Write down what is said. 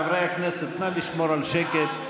חברי הכנסת, נא לשמור על שקט.